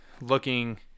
looking